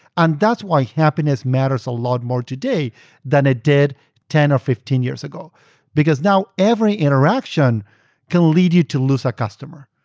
and why happiness matters a lot more today than it did ten or fifteen years ago because now, every interaction can lead you to lose a customer.